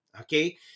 okay